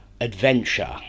Adventure